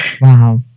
Wow